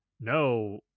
no